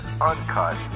uncut